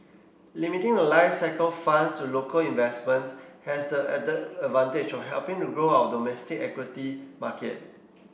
limiting The Life cycle funds to local investments has the added advantage of helping to grow our domestic equity market